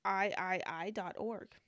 iii.org